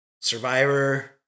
Survivor